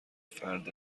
فرد